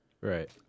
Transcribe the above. Right